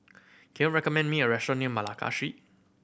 can you recommend me a restaurant near Malacca Street